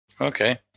Okay